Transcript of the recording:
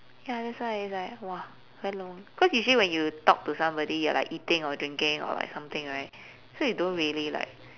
ya that's why it's like !wah! very long cause usually when you talk to somebody you're like eating or drinking or like something right so you don't really like